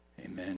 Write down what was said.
amen